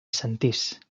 sentís